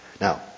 Now